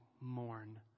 mourn